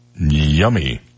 Yummy